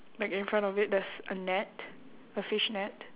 like in front of it there's a net a fish net